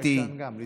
אני